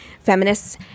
feminists